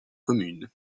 communes